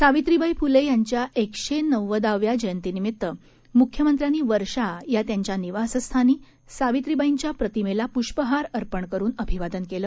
सावित्रीबाई फुले यांच्या एकशे नव्वदाव्या जयंतीनिमित्त मुख्यमंत्र्यांनी वर्षा या त्यांच्या निवासस्थानी सावित्रीबाईंच्या प्रतिमेला पुष्पहार अर्पण करून अभिवादन केलं